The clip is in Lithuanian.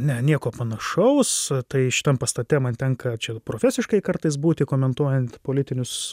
ne nieko panašaus tai šitam pastate man tenka čia profesiškai kartais būti komentuojant politinius